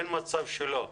אין מצב שלא יטופלו.